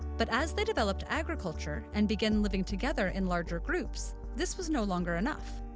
but as they developed agriculture and began living together in larger groups, this was no longer enough.